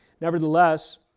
Nevertheless